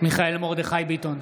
מיכאל מרדכי ביטון,